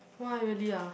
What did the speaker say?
why really ah